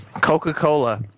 Coca-Cola